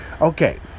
Okay